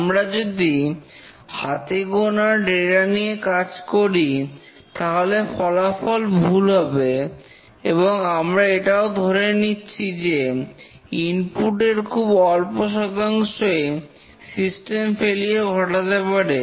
আমরা যদি হাতেগোনা ডেটা নিয়ে কাজ করি তাহলে ফলাফল ভুল হবে এবং আমরা এটাও ধরে নিচ্ছি যে ইনপুট এর খুব অল্প শতাংশই সিস্টেম ফেলিওর ঘটাতে পারে